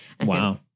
Wow